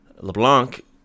Leblanc